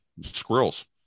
squirrels